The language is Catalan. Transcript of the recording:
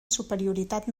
superioritat